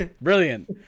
Brilliant